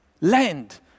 land